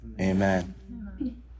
Amen